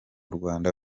rwanda